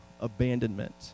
abandonment